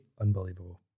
unbelievable